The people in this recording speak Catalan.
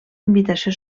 invitació